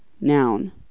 Noun